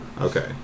Okay